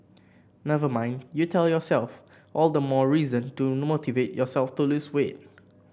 never mind you tell yourself all the more reason to motivate yourself to lose weight